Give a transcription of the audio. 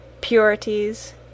Purities